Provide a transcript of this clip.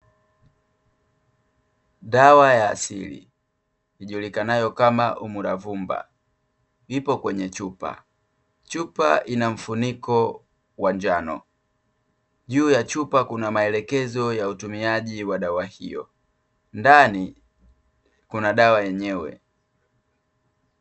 Dawa ya asili ijullikanayo kama umuravumba ipo kwenye chupa. Chupa ina mfuniko wa njano juu ya chupa kuna maelekezo ya utumiaji wa dawa hiyo ndani kuna dawa yenyewe.